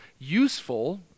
useful